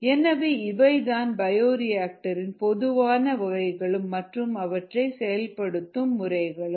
எனவே இவை தான் பயோரிஆக்டர் இன் பொதுவான வகைகளும் மற்றும் அவற்றை செயல்படுத்தும் முறைகளும்